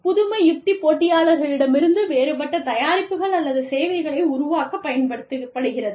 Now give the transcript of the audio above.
புதுமை உத்தி போட்டியாளர்களிடமிருந்து வேறுபட்ட தயாரிப்புகள் அல்லது சேவைகளை உருவாக்கப் பயன்படுத்தப்படுகிறது